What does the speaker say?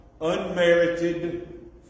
unmerited